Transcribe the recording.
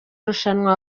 rushanwa